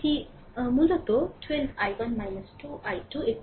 এটি মূলত 12 i1 2 i2